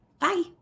Bye